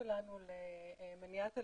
שלנו למניעת אלימות,